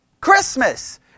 Christmas